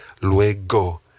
luego